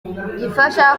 gifasha